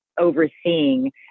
overseeing